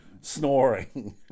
snoring